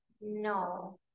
No